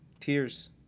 Tears